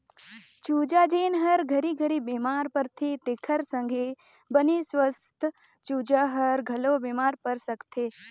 चूजा जेन हर घरी घरी बेमार परथे तेखर संघे बने सुवस्थ चूजा हर घलो बेमार पर सकथे